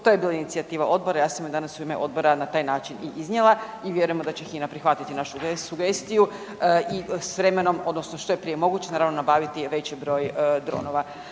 to je bila inicijativa odbora, ja sam je danas u ime odbora na taj način i iznijela i vjerujemo da će HINA prihvatiti našu sugestiju i s vremenom odnosno što je prije moguće naravno nabaviti veći broj dronova.